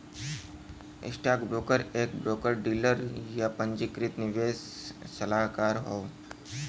stockbroker एक broker dealer, या पंजीकृत निवेश सलाहकार हौ